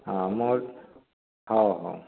ହଁ ମୁଁ ହେଉ ହେଉ